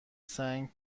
سنگ